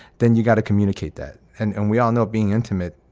then you've got to communicate that. and and we all know being intimate,